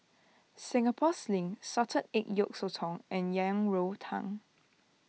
Singapore Sling Salted Egg Yolk Sotong and Yang Rou Tang